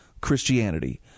Christianity